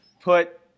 put